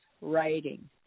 writing